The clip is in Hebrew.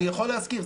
אני יכול להזכיר,